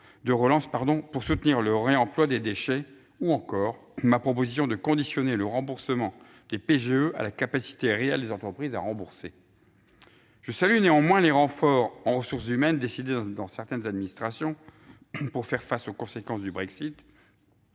de relance » pour soutenir le réemploi des déchets, ou encore ma proposition de conditionner le remboursement des prêts garantis par l'État (PGE) à la capacité réelle des entreprises à rembourser. Je salue néanmoins les renforts de personnels décidés dans certaines administrations pour faire face aux conséquences du Brexit,